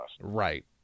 Right